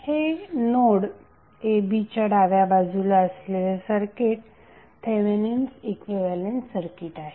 हे node a b च्या डाव्या बाजूला असलेले सर्किट थेवेनिन्स इक्विव्हॅलेंट सर्किट आहे